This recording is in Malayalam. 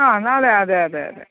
ആ നാളെ അതെ അതെ അതെ